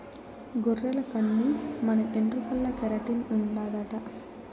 గొర్రెల కన్ని మన ఎంట్రుకల్ల కెరటిన్ ఉండాదట